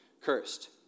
cursed